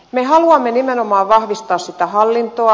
me haluamme nimenomaan vahvistaa sitä hallintoa